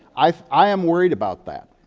i am worried about that.